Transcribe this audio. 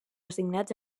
assignats